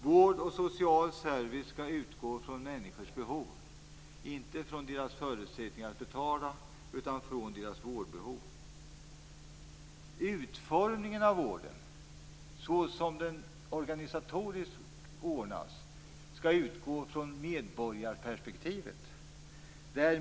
Vård och social service skall utgå från människors vårdbehov, inte från deras förutsättningar att betala. Utformningen av vården, så som den organisatorisk skall vara, skall utgå från medborgarperspektivet.